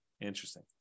Interesting